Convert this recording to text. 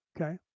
Okay